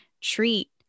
treat